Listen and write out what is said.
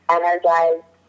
energized